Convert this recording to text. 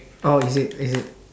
oh is it is it